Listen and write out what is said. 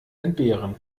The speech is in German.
entbehren